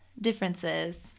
differences